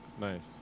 Nice